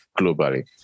globally